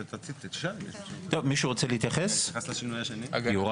טוב מישהו רוצה להתייחס יוראי?